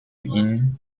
ihn